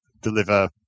deliver